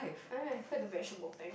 I I've heard the vegetable thing